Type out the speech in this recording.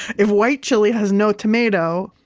if white chili has no tomato,